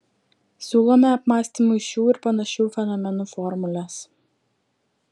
siūlome apmąstymui šių ir panašių fenomenų formules